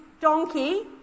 donkey